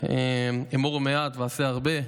אמור מעט ועשה הרבה,